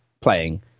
playing